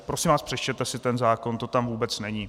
Prosím vás, přečtěte si ten zákon, to tam vůbec není!